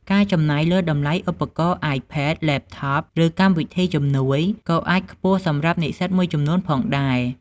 ការចំណាយលើ តម្លៃឧបករណ៍ អាយផេត, ឡេបថប ឬកម្មវិធីជំនួយ ក៏អាចខ្ពស់សម្រាប់និស្សិតមួយចំនួនផងដែរ។